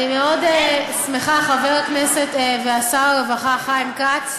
אני מאוד שמחה, חבר הכנסת ושר הרווחה חיים כץ,